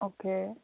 okay